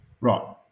Right